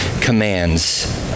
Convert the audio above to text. commands